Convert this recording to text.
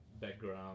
background